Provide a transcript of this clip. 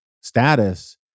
status